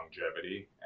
longevity